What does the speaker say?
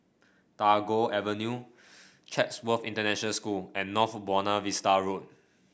Tagore Avenue Chatsworth International School and North Buona Vista Road